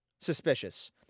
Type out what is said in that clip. suspicious